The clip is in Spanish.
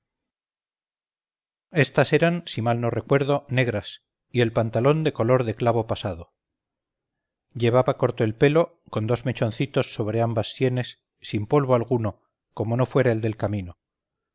estas eran si mal no recuerdo negras y el pantalón de color de clavo pasado llevaba corto el pelo con dos mechoncitos sobre ambas sienes sin polvo alguno como no fuera el del camino